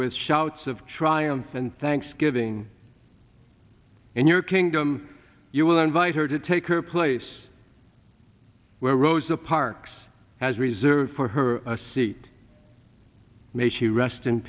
with shouts of triumph and thanksgiving and your kingdom you will invite her to take her place where rosa parks has reserved for her a seat may she rest in